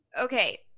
okay